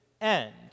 end